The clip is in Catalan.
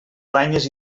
aranyes